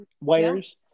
wires